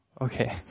Okay